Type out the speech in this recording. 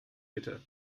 bitte